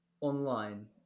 online